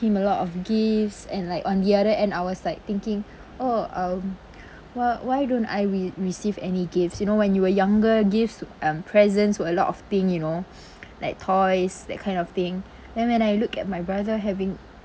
him a lot of gifts and like on the other end I was like thinking oh um why why don't I re~ receive any gifts you know when you were younger gifts um presents were a lot of thing you know like toys that kind of thing then when I look at my brother having